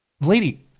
Lady